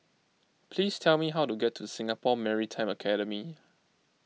please tell me how to get to Singapore Maritime Academy